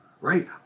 right